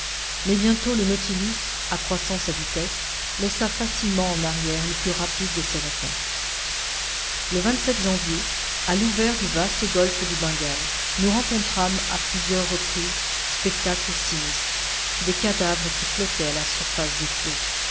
mais bientôt le nautilus accroissant sa vitesse laissa facilement en arrière les plus rapides de ces requins le janvier à l'ouvert du vaste golfe du bengale nous rencontrâmes à plusieurs reprises spectacle sinistre des cadavres qui flottaient à la surface des flots